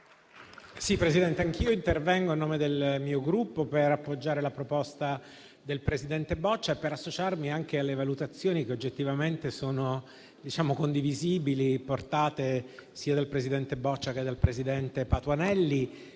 Presidente, intervengo a nome del mio Gruppo per appoggiare la proposta avanzata dal presidente Boccia e per associarmi anche alle valutazioni, che sono oggettivamente condivisibili, portate sia del presidente Boccia, sia dal presidente Patuanelli